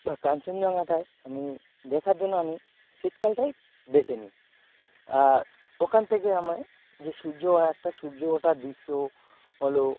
এই কাঞ্চনজঙ্ঘাটা আমি দেখার জন্য আমি শীতকালটাই বেছে নিই আর ওখান থেকে আমি যে সূর্য ওর একটা সূর্য ওঠার দৃশ্য হলো